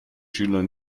schüler